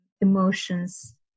emotions